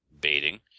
baiting